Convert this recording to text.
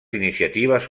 iniciatives